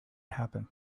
happen